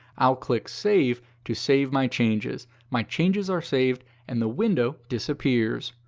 i'll click save to save my changes. my changes are saved, and the window disappears.